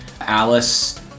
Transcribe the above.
Alice